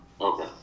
Okay